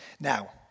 Now